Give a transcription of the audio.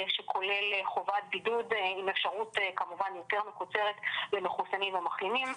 שכולל חובת בידוד עם אפשרות כמובן יותר מקוצרת למחוסנים ומחלימים,